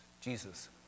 Jesus